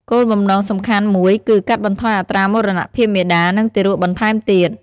គោលបំណងសំខាន់មួយគឺកាត់បន្ថយអត្រាមរណភាពមាតានិងទារកបន្ថែមទៀត។